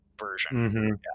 version